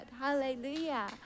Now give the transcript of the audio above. Hallelujah